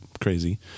crazy